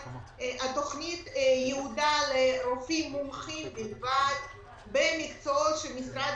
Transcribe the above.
התוכנית יועדה לרופאים מומחים בלבד במקצועות שמשרד